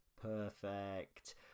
perfect